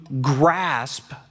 grasp